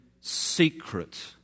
secret